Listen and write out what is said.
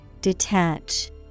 Detach